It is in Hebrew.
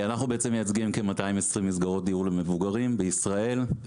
אנחנו בעצם מייצגים כ-220 מסגרות דיור למבוגרים בישראל.